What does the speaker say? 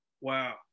Wow